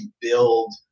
build